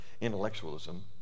intellectualism